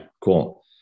cool